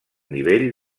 nivell